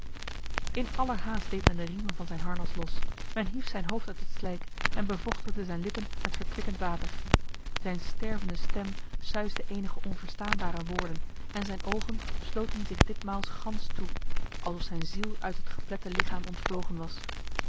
in allerhaast deed men de riemen van zijn harnas los men hief zijn hoofd uit het slijk en bevochtigde zijn lippen met verkwikkend water zijn stervende stem suisde enige onverstaanbare woorden en zijn ogen sloten zich ditmaal gans toe alsof zijn ziel uit het geplette lichaam ontvlogen was